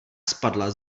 spadla